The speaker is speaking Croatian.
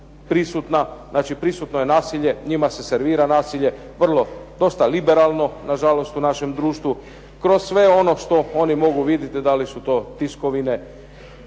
prisutna, njima se servira nasilje, dosta liberalno u našem društvu, kroz sve ono što oni mogu vidjeti da li su to tiskovine,